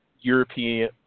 European